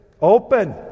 Open